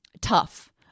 tough